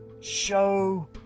show